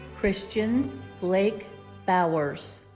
christian blake bowers